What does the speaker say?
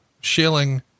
shilling